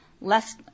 Less